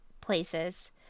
places